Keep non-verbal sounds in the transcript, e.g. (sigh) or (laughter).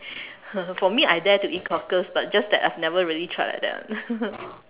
(laughs) for me I dare to eat cockles but just that I've never really tried like that one (laughs)